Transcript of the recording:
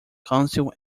council